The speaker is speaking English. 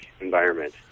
environment